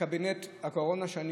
קבינט הקורונה, ואני